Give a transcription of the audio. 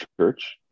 church